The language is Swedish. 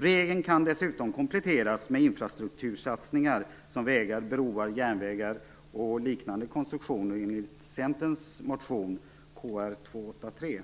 Regeln kan dessutom kompletteras med infrastruktursatsningar som vägar, broar, järnvägar och liknande konstruktioner andra synliga enligt Centerns motion Kr283.